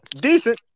Decent